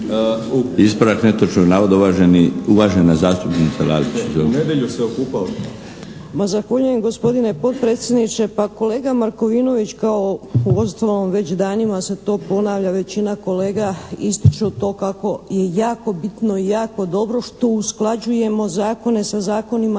Ispravak netočnog navoda, uvažena zastupnica Lalić, izvolite. **Lalić, Ljubica (HSS)** Pa, zahvaljujem gospodine potpredsjedniče. Pa, kolega Markovinović kao uostalom već danima se to ponavlja, većina kolega ističu to kako je jako bitno i jako dobro što usklađujemo zakone sa zakonima